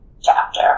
chapter